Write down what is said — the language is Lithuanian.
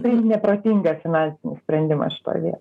tai neprotingas finansinis sprendimas šitoj vietoj